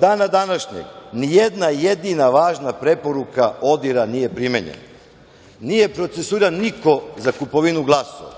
dana današnjeg ni jedna jedina važna preporuka ODIHR-a nije primenjena. Nije procesuiran niko za kupovinu glasova.